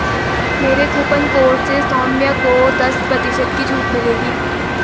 मेरे coupon code से सौम्य को दस प्रतिशत की छूट मिलेगी